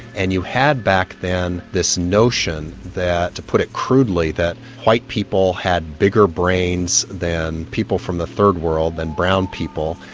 and you had back then this notion that to put it crudely that white people had bigger brains than people from the third world, than brown people,